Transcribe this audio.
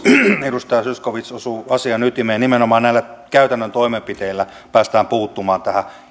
edustaja zyskowicz osuu asian ytimeen nimenomaan näillä käytännön toimenpiteillä päästään puuttumaan tähän